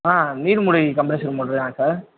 ஆ நீர் மூழ்கி compressor motor தான் சார்